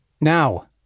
Now